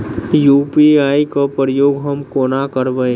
UPI केँ प्रयोग हम कोना करबे?